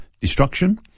destruction